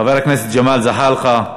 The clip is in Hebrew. חבר הכנסת ג'מאל זחאלקה,